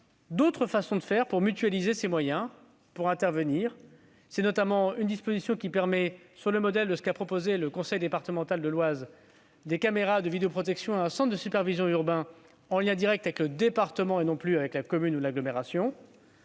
d'autres façons de faire pour mutualiser les moyens d'intervention. Une disposition permet ainsi, sur le modèle de ce qu'a proposé le conseil départemental de l'Oise, de relier des caméras de vidéoprotection à un centre de supervision urbain en lien direct avec le département et non plus avec la commune ou l'agglomération.